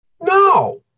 no